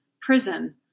prison